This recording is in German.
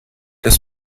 das